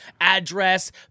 Address